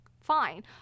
fine